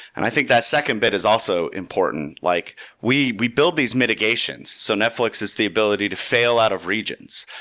i think that second bit is also important. like we we build these mitigations, so netflix has the ability to fail out of regions.